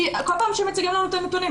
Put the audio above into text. כי כל פעם שמציגים לנו את הנתונים,